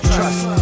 Trust